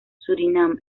surinam